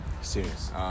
serious